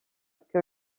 que